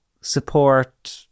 support